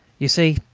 you see.